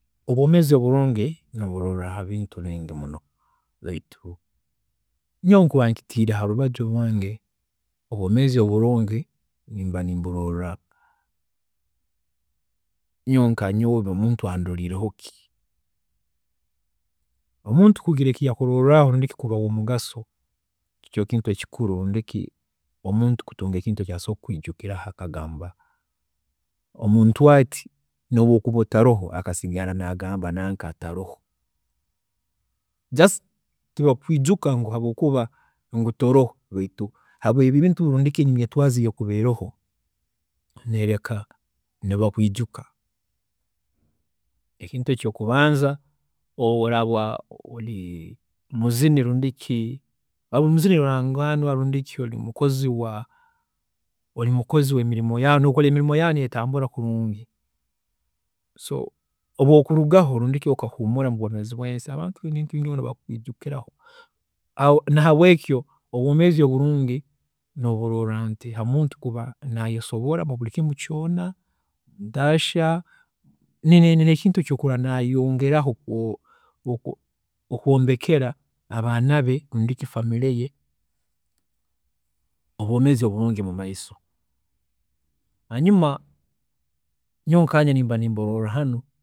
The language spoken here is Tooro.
﻿Obwomeezi oburungi nkaburoorra habintu bingi muno baitu nyowe obunkuba nkitiire harubaju rwange, obwomeezi oburungi nimba nimburoorraho, nyowe nka nyowe nomuntu andoriireho ki. Omuntu kugira eki yakuroorraho ndiki kuba owomugaso nikyo kintu ekikuru rundi ki omuntu kutunga ekintun eki asobola kukwiijukiraho akagamba omuntu ati nobu okuba otaroho akasigara nagamba nanka taroho, just tibakukwiijuka ngu habwokuba ngu toroho baitu habwebintu rundi enyetwaaza ekuba eroho neereka nibakwiijuka. Ekintu ekyokubanza oraaba ori muzininrundi ki muzini rurangaanwa rundi ki ori mukozi ori mukozi wa wemirimo yaawe, nokora emirimo yaawe netambura kurungi, so obu okurugaho rundi ki okahuumura mubwoomeezi bwensi, abantu baine eki bari kuba nibakwiijukiraho nahabwe nahabwekyo obwoomeezi oburungi noburoorra nti hamuntu kuba nayesobora muburi kintu kyoona, ntashya ne- ne- nekintu eki okurora nayeyongeraho okwo okwo okwombekera abaana be, rundi ki famire ye obwoomeezi oburungi bwomumaiso, hanyuma nyowe nkanye nimba nimburoorra hanu.